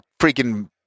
freaking